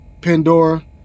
Pandora